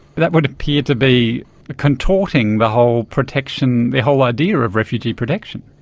that would appear to be contorting the whole protection, the whole idea of refugee protection.